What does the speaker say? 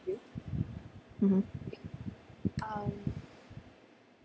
mmhmm